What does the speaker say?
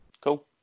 Cool